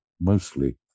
mostly